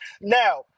Now